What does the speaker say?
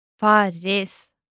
Paris